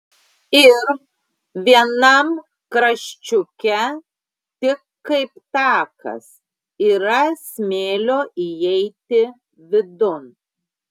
ir vienam kraščiuke tik kaip takas yra smėlio įeiti vidun